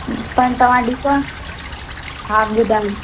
पर तव्हां ॾिसो हा ॿुधायो